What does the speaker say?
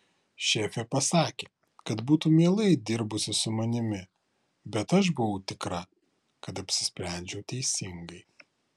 šefė pasakė kad būtų mielai dirbusi su manimi bet aš buvau tikra kad apsisprendžiau teisingai